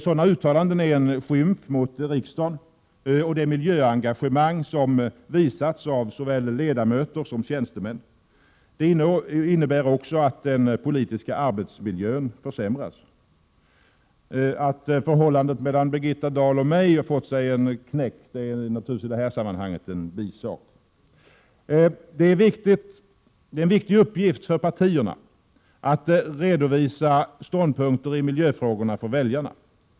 Sådana uttalanden är en skymf mot riksdagen och det miljöengagemang som visats av såväl ledamöter som tjänstemän. Det innebär också att den politiska arbetsmiljön försämras. Att förhållandet mellan Birgitta Dahl och mig har fått sig en knäck är i detta sammanhang en bisak. Det är en viktig uppgift för partierna att redovisa ståndpunkter i miljöfrågorna för väljarna.